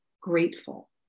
grateful